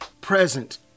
present